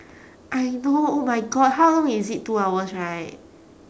I know oh my god how long is it two hours right